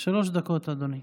שלוש דקות, אדוני.